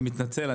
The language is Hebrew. אני מתנצל,